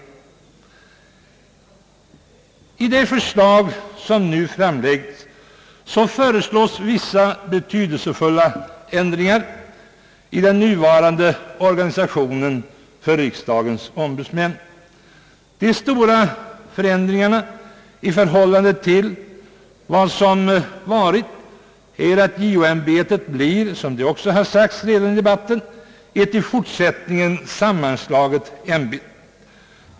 I det förslag som nu framlägges genomföres vissa betydelsefulla ändringar i den nuvarande organisationen för riksdagens ombudsmän. De stora förändringarna i förhållande till vad som varit är att JO-ämbetet i fortsättningen blir ett, som det redan har sagts i dehbatten, sammanslaget ämbete.